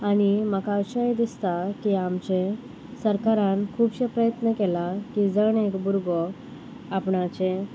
आनी म्हाका अशेंय दिसता की आमचे सरकारान खुबशें प्रयत्न केला की जण एक भुरगो आपणाचें